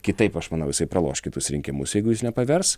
kitaip aš manau jisai praloš kitus rinkimus jeigu jis nepavers